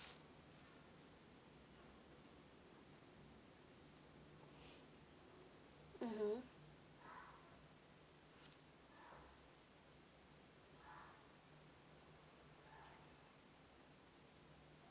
mmhmm